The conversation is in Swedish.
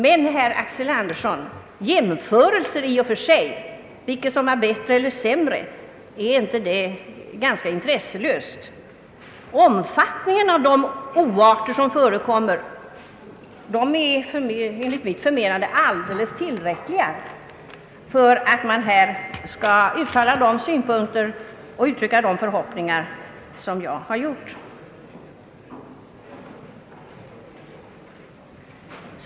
Men, herr Axel Andersson, jämförelser för att få fram vad som har blivit bättre eller sämre är väl ganska intresselösa. Omfattningen av de oarter som förekommer är enligt mitt förmenande alldeles tillräcklig för att man här skall uttala de synpunkter och uttrycka de förhoppningar som jag har gjort.